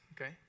okay